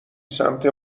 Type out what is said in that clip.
سمت